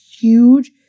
huge